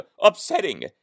upsetting